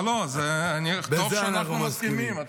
טוב שאנחנו מסכימים.